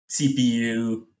CPU